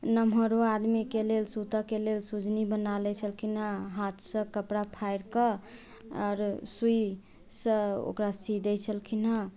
नम्हरो आदमीके लेल सुतऽके लेल सुजनी बना लै छलखिन हैं हाथसँ कपड़ा फाड़िकऽ आओर सुइसँ ओकरा सी दै छलखिन हैं